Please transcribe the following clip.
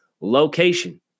location